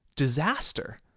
Disaster